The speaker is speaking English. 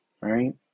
right